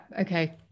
Okay